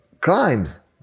crimes